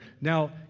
Now